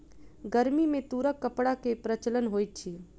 गर्मी में तूरक कपड़ा के प्रचलन होइत अछि